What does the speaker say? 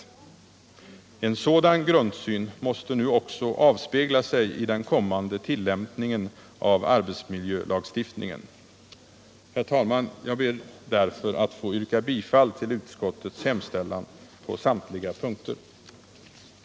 En sådan grundsyn måste nu också avspegla sig i den kommande tillämpningen av arbetsmiljölagstiftningen. Herr talman! Jag ber att få yrka bifall till utskottets hemställan på samtliga punkter. ning gav följande resultat: